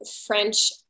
French